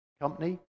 company